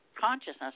consciousness